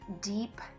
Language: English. deep